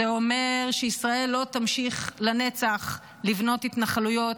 וזה אומר שישראל לא תמשיך לנצח לבנות התנחלויות,